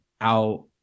out